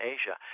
Asia